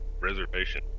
reservation